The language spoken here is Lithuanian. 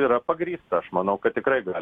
yra pagrįsta aš manau kad tikrai gali